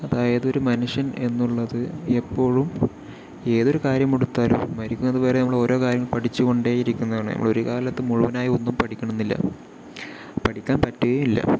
അതായത് ഒരു മനുഷ്യൻ എന്നുള്ളത് എപ്പോഴും ഏതൊരു കാര്യം എടുത്താലും മരിക്കുന്നതുവരെ നമ്മള് ഓരോ കാര്യങ്ങൾ പഠിച്ചുകൊണ്ടേ ഇരിക്കുന്നതാണ് നമ്മള് ഒരു കാലത്തും മുഴുവനായും ഒന്നും പഠിക്കണമെന്നില്ല പഠിക്കാൻ പറ്റുകയേയില്ല